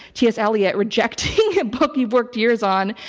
t. s. eliot rejecting a book he worked years on,